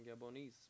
Gabonese